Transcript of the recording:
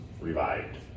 revived